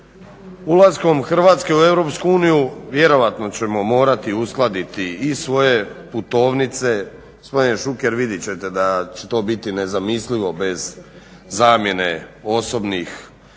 Ulaskom Hrvatske u EU vjerojatno ćemo morati uskladiti i svoje putovnice, gospodine Šuker vidjet ćete da će to biti nezamislivo bez zamjene osobnih